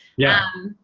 yeah.